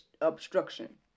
obstruction